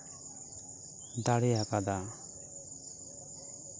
ᱫᱟᱲᱮ ᱟᱠᱟᱫᱟ